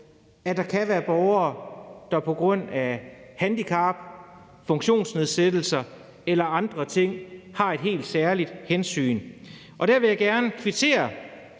at der kan være borgere, der på grund af handicap, funktionsnedsættelser eller andre ting skal tages et helt særligt hensyn til, og der vil jeg gerne kvittere